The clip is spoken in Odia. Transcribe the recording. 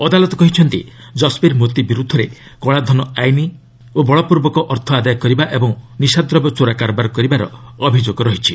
ଅଦାଲତ କହିଛନ୍ତି ଜଶ୍ବୀର ମୋତି ବିର୍ତ୍ଧରେ କଳାଧନ ଆଇନ ସଙ୍ଗତ କରିବା ଓ ବଳପୂର୍ବକ ଅର୍ଥ ଆଦାୟ କରିବା ଏବଂ ନିଶାଦ୍ରବ୍ୟ ଚୋରା କାରବାର କରିବାର ଅଭିଯୋଗ ରହିଛି